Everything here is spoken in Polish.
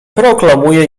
proklamuje